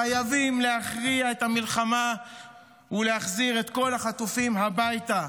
חייבים להכריע את המלחמה ולהחזיר את כל החטופים הביתה.